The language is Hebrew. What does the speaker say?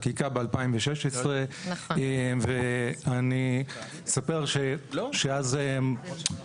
הגעתי למכולת השכונתית והחנווני שואל אותי: למה אתם דופקים אותנו?